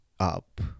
up